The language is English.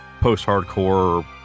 post-hardcore